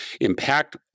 impact